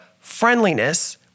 friendliness